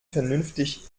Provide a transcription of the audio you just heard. vernünftig